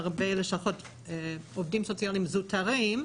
עובדים סוציאליים זוטרים,